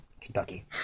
Kentucky